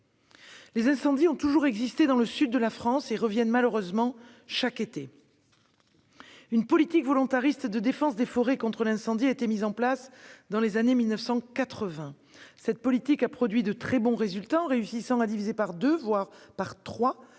Les incendies ont toujours existé dans le sud de la France et reviennent malheureusement chaque été. Une politique volontariste de défense des forêts contre l'incendie a été mise en place dans les années 1980 et a produit de très bons résultats : les surfaces incendiées ont depuis été divisées par deux, voire par trois.